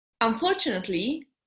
unfortunately